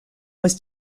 was